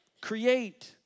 Create